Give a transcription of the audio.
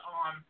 on